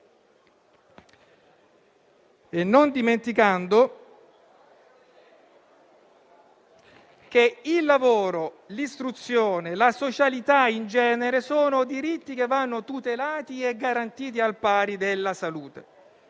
e non dimenticando che il lavoro, l'istruzione e la socialità in genere sono diritti che vanno tutelati e garantiti al pari della salute.